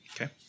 Okay